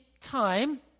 time